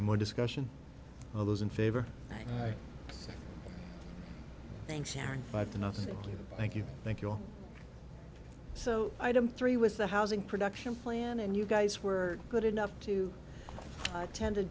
more discussion of those in favor i think sharon five to nothing thank you thank you all so item three was the housing production plan and you guys were good enough to attend a